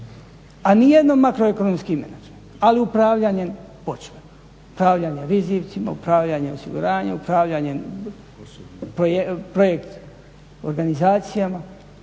a nijedan makroekonomski menadžment, ali upravljanjem počinje. upravljanje rizicima, upravljanje osiguranjem, upravljanje projekt organizacijama.